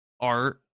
art